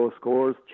scores